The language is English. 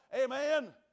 Amen